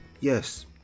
Yes